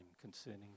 concerning